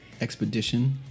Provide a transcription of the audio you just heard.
expedition